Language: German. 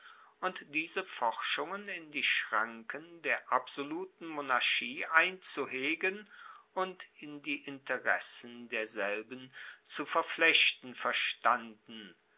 und diese forschungen in die schranken der absoluten monarchie einzuhegen und in die interessen derselben zu verflechten verstanden